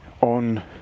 on